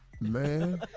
Man